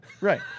Right